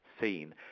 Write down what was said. seen